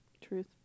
Truth